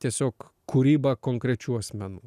tiesiog kūryba konkrečių asmenų